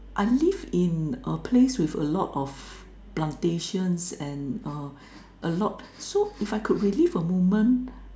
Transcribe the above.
I live in a place with a lot of plantations and err a lot so if I could relive a moment